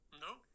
No